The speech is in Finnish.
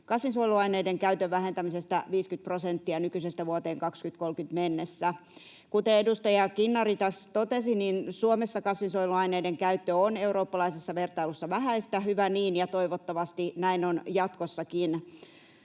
kasvinsuojeluaineiden käytön vähentämisestä 50 prosentilla nykyisestä vuoteen 2030 mennessä. Kuten edustaja Kinnari tässä totesi, Suomessa kasvinsuojeluaineiden käyttö on eurooppalaisessa vertailussa vähäistä. Hyvä niin, ja toivottavasti näin on jatkossakin.